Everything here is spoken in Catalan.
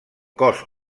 cos